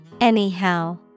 Anyhow